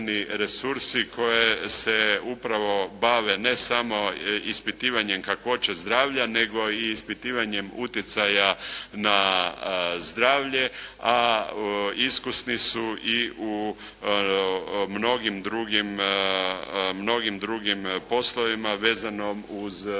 koji se upravo bave, ne samo ispitivanjem kakvoće zdravlja nego i ispitivanjem utjecaja na zdravlje, a iskusni su i u mnogim drugim poslovima vezanom uz razvijanje